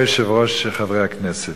אדוני היושב-ראש, חברי הכנסת,